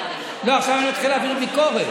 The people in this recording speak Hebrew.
לא, עכשיו אני מתחיל להעביר ביקורת.